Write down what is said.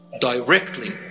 Directly